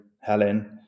Helen